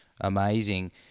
amazing